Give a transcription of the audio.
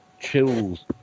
chills